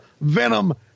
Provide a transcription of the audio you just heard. venom